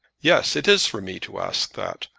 yes it is for me to ask that.